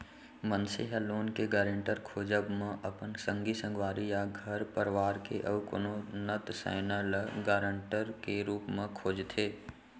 मनसे ह लोन के गारेंटर खोजब म अपन संगी संगवारी या घर परवार के अउ कोनो नत सैना ल गारंटर के रुप म खोजथे